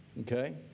Okay